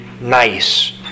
nice